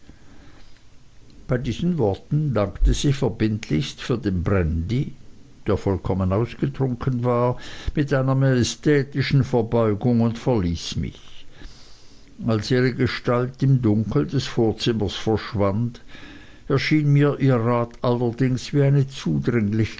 bei diesen worten dankte sie verbindlichst für den brandy der vollkommen ausgetrunken war mit einer majestätischen verbeugung und verließ mich als ihre gestalt im dunkel des vorzimmers verschwand erschien mir ihr rat allerdings wie eine